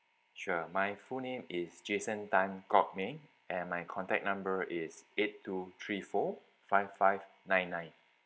sure my full name is jason tan kok ming and my contact number is eight two three four five five nine nine